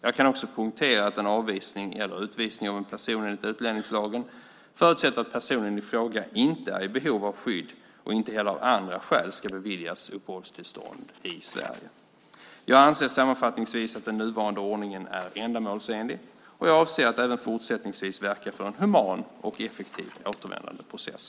Jag kan också poängtera att en avvisning eller utvisning av en person enligt utlänningslagen förutsätter att personen i fråga inte är i behov av skydd och inte heller av andra skäl ska beviljas uppehållstillstånd i Sverige. Jag anser sammanfattningsvis att den nuvarande ordningen är ändamålsenlig, och jag avser att även fortsättningsvis verka för en human och effektiv återvändandeprocess.